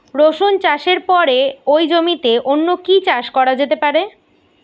রসুন চাষের পরে ওই জমিতে অন্য কি চাষ করা যেতে পারে?